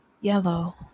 yellow